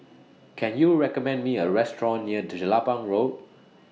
Can YOU recommend Me A Restaurant near Jelapang Road